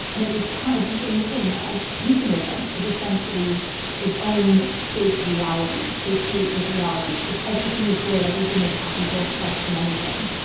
and it describes the same thing. ah putinism is essentially its own fake reality. they create this reality. it's, everything is good. everything is happy. don't question anything,